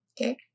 Okay